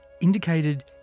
indicated